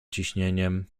ciśnieniem